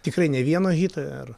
tikrai ne vieno hito ir